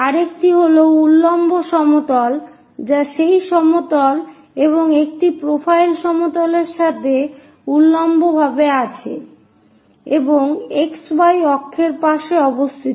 আরেকটি হল উল্লম্ব সমতল যা সেই সমতল এবং একটি প্রোফাইল সমতলের সাথে উলম্ব ভাবে আছে এবং X Y অক্ষের পাশে অবস্থিত